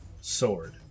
sword